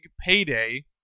payday